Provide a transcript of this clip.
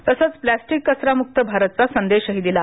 तसेच प्लॅस्टिक कचरा मुक्त भारत चा संदेशही दिला